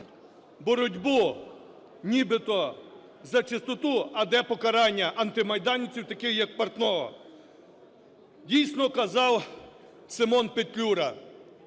боротьбу нібито за чистоту. А де покарання антимайданівців, таких як Портного? Дійсно казав Симон Петлюра: